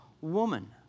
woman